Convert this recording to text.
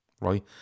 right